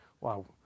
Wow